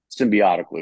symbiotically